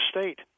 state